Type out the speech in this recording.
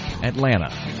Atlanta